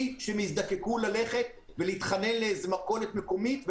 שהם יזדקקו ללכת ולהתחנן למכולת מקומית.